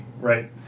right